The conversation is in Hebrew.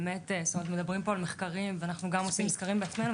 מדברים פה על מחקרים ואנחנו גם עושים סקרים בעצמנו,